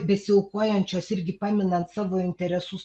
besiaukojančios irgi paminant savo interesus